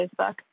Facebook